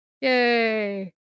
yay